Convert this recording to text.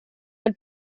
dal